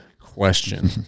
question